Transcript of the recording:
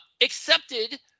accepted